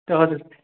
ए हजुर